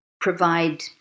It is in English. provide